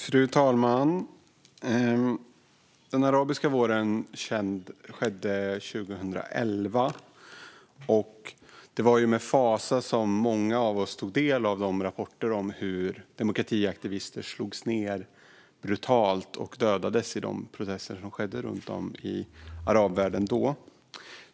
Fru talman! Den arabiska våren inleddes 2011, och det var med fasa många av oss tog del av rapporter om hur demokratiaktivister brutalt slogs ned och dödades i de protester som då skedde runt om i arabvärlden.